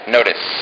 Notice